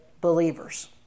believers